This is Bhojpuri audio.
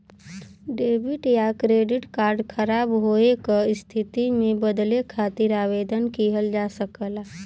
डेबिट या क्रेडिट कार्ड ख़राब होये क स्थिति में बदले खातिर आवेदन किहल जा सकला